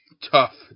tough